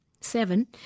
seven